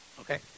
Okay